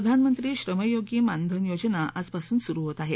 प्रधानमंत्री श्रमयोगी मानधन योजना आजपासून सुरू होत आहे